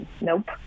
nope